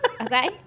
Okay